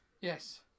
Yes